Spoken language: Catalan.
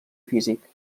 físic